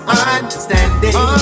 understanding